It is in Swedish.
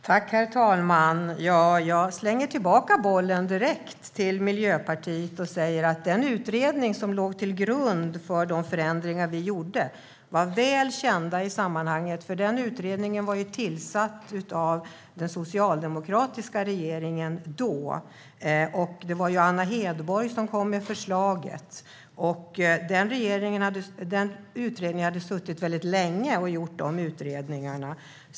Herr talman! Jag slänger direkt tillbaka bollen till Miljöpartiet och säger: Den utredning som låg till grund för de förändringar som vi gjorde var väl känd. Den utredningen var tillsatt av den socialdemokratiska regeringen, och det var Anna Hedborg som kom med förslaget. Den utredningen hade suttit länge och arbetat.